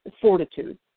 fortitude